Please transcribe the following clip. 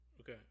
Okay